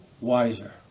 wiser